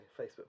Facebook